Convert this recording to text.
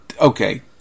Okay